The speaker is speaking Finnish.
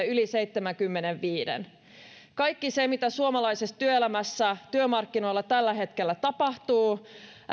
yli seitsemänkymmenenviiden kaikki se mitä suomalaisessa työelämässä työmarkkinoilla tällä hetkellä tapahtuu